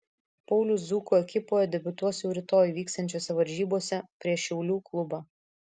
paulius dzūkų ekipoje debiutuos jau rytoj vyksiančiose varžybose prieš šiaulių klubą